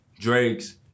Drake's